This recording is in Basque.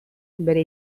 bere